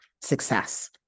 success